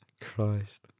Christ